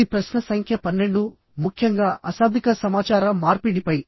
ఇది ప్రశ్న సంఖ్య 12ముఖ్యంగా అశాబ్దిక సమాచార మార్పిడిపై